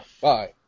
Bye